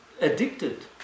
addicted